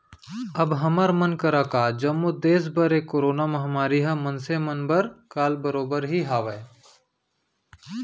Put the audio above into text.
अब हमर मन करा का जम्मो देस बर ए करोना महामारी ह मनसे मन बर काल बरोबर ही हावय